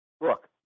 look